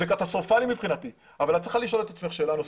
זה קטסטרופלי מבחינתי אבל את צריכה לשאול את עצמך שאלה נוספת,